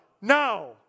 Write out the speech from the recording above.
now